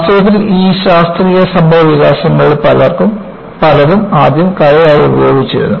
വാസ്തവത്തിൽ ഈ ശാസ്ത്രീയ സംഭവവികാസങ്ങളിൽ പലതും ആദ്യം കലയായി ഉപയോഗിച്ചിരുന്നു